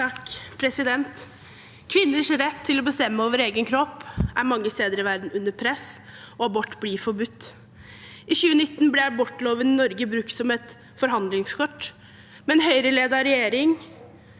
(A) Kvinners rett til å bestemme over egen kropp er mange steder i verden under press, og abort blir forbudt. I 2019 ble abortloven i Norge brukt som et forhandlingskort. Med en Høyre-ledet regjering